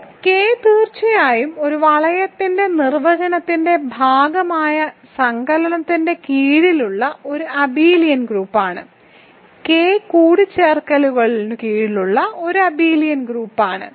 ഇപ്പോൾ K തീർച്ചയായും ഒരു വളയത്തിന്റെ നിർവചനത്തിന്റെ ഭാഗമായ സങ്കലനത്തിൻകീഴിലുള്ള ഒരു അബെലിയൻ ഗ്രൂപ്പാണ് K കൂട്ടിച്ചേർക്കലിനു കീഴിലുള്ള ഒരു അബെലിയൻ ഗ്രൂപ്പാണ്